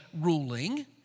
ruling